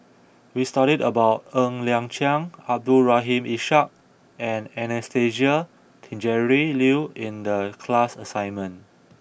We studied about Ng Liang Chiang Abdul Rahim Ishak and Anastasia Tjendri Liew in the class assignment